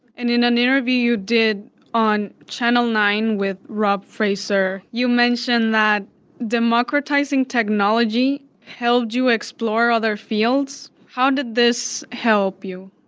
and in an interview you did on channel nine with rob fraser, you mentioned that democratizing technology helped you explore other fields. how did this help you?